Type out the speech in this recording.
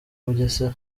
bugesera